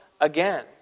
again